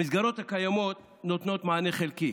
המסגרות הקיימות נותנות מענה חלקי,